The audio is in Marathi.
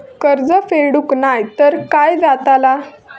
कर्ज फेडूक नाय तर काय जाताला?